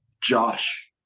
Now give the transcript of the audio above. josh